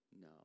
No